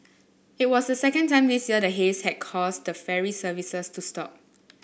it was the second time this year the haze had caused ferry services to stop